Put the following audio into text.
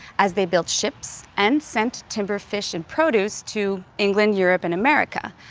as they built ships and sent timber, fish, and produce to england, europe and america.